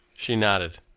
she nodded.